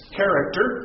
character